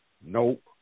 Nope